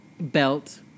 belt